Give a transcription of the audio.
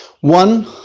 One